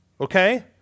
Okay